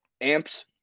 amps